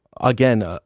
again